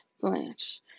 Blanche